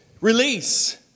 Release